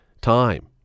time